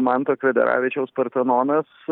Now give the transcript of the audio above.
manto kvedaravičiaus portanonas